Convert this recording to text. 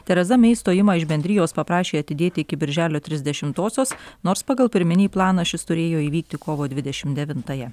tereza mei išstojimą iš bendrijos paprašė atidėti iki birželio trisdešimtosios nors pagal pirminį planą šis turėjo įvykti kovo dvidešim devintąją